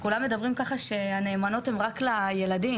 כולם מדברים ככה שהנאמנות נמצאות שם רק עבור הילדים,